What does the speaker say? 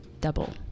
double